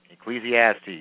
Ecclesiastes